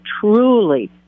truly